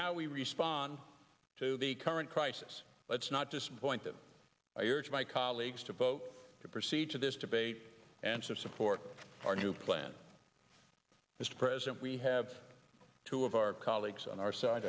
how we respond to the current crisis let's not disappoint them i urge my colleagues to vote to proceed to this debate and so support our new plan mr president we have two of our colleagues on our side